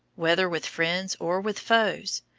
whether with friends or with foes,